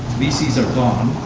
vcs are gone.